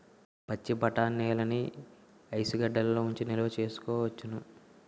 పచ్చిబఠాణీలని ఇసుగెడ్డలలో ఉంచి నిలవ సేసుకోవచ్చును